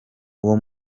uwo